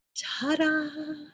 Ta-da